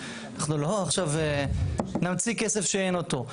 אנחנו לא עכשיו נמציא כסף שאין אותו.